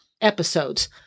episodes